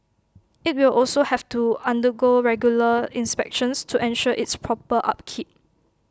IT will also have to undergo regular inspections to ensure its proper upkeep